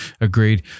Agreed